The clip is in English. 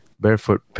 barefoot